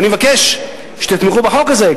ואני מבקש שתתמכו בחוק הזה,